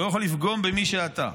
לא יכול לפגום במי שאתה.